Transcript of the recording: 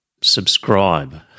subscribe